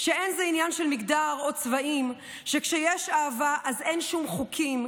שאין זה עניין של מגדר או צבעים / שכשיש אהבה אז אין שום חוקים.